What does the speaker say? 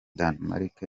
denmark